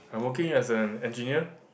I'm working as an engineer